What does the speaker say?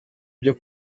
byo